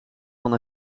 van